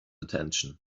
attention